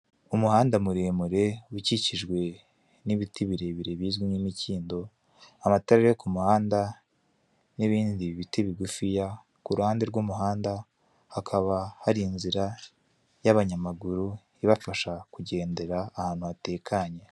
Umuhanda muremure ukikijwe n'ibiti birebire bizwi nk'imikindo, amata yo ku muhanda n'ibindi biti bigufiya. Ku ruhande rw'umuhanda hakaba hari inzira y'abanyamaguru ibafasha kugendera ahantu hatekanye.